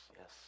yes